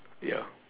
ya